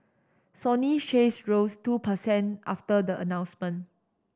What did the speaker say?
Sony shares rose two percent after the announcement